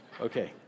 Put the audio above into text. Okay